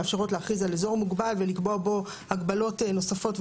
שמאפשרות להכריז על אזור מוגבל ולקבוע בו הגבלות נוספות,